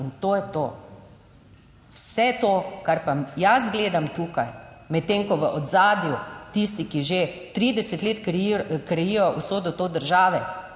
in to je to. Vse to, kar pa jaz gledam tukaj. Medtem ko v ozadju tisti, ki že 30 let kroji, krojijo usodo te države